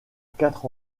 quatre